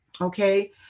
Okay